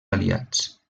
aliats